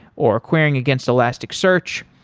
or querying against elasticsearch,